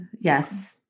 yes